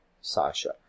Sasha